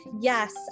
Yes